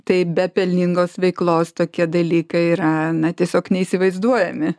taip be pelningos veiklos tokie dalykai yra na tiesiog neįsivaizduojami